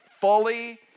fully